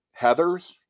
Heathers